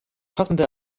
passende